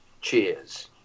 Cheers